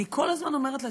אני כל הזמן אומרת לעצמי,